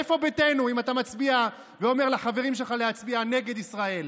איפה ביתנו אם אתה מצביע ואומר לחברים שלך להצביע נגד ישראל?